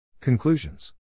Conclusions